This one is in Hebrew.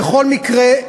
בכל מקרה,